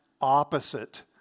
opposite